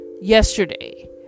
yesterday